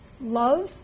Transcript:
Love